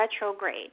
retrograde